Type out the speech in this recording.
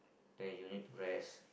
then you need to rest